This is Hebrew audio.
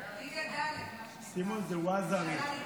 סימון, זה וזארי.